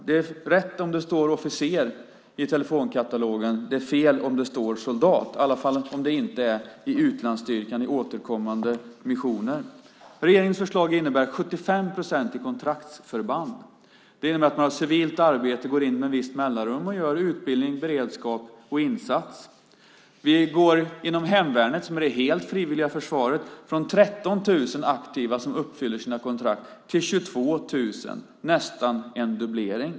Det är rätt om det står "officer" i telefonkatalogen. Det är fel om det står "soldat", i alla fall om det inte är i utlandsstyrkan i återkommande missioner. Regeringens förslag innebär 75 procent i kontraktsförband. Det innebär att man har civilt arbete, går in med vissa mellanrum och gör utbildning, beredskap och insats. Vi går inom hemvärnet, som är det helt frivilliga försvaret, från 13 000 aktiva som uppfyller sina kontrakt till 22 000 - nästan en dubblering.